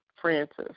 Francis